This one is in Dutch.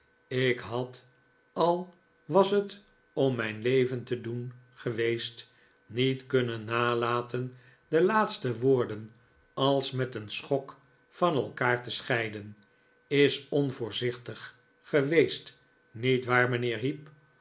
ik had al was het om mijn leven te doen geweest niet kunnen nalaten de laatste woorden als met een schok van elkaar te scheiden is onvoorzichtig geweest niet waar mijnheer heep